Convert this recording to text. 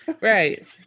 right